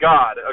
God